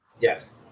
Yes